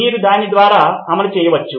మీరు దాని ద్వారా అమలు చేయవచ్చు